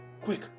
Quick